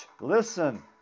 listen